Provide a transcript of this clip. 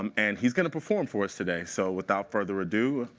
um and he's going to perform for us today. so without further ado,